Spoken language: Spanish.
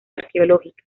arqueológica